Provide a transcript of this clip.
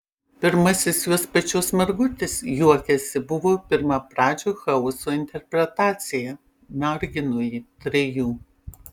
pirmasis jos pačios margutis juokiasi buvo pirmapradžio chaoso interpretacija margino jį trejų